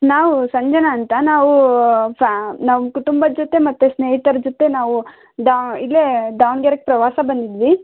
ನಾವು ಸಂಜನಾ ಅಂತ ನಾವು ಫ್ಯಾ ನಮ್ಮ ಕುಟುಂಬದ ಜೊತೆ ಮತ್ತು ಸ್ನೇಹಿತರ ಜೊತೆ ನಾವು ದಾ ಇಲ್ಲೇ ದಾವಣ್ಗೆರೆಗೆ ಪ್ರವಾಸ ಬಂದಿದ್ವಿ